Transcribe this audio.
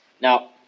now